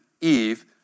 Eve